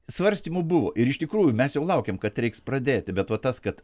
svarstymų buvo ir iš tikrųjų mes jau laukėm kad reiks pradėti be va tas kad